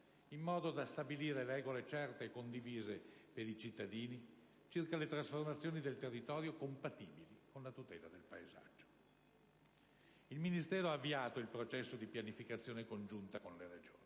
in modo da stabilire regole certe e condivise per i cittadini circa le trasformazioni del territorio compatibili con la tutela del paesaggio. Il Ministero ha avviato il processo di pianificazione congiunta con le Regioni.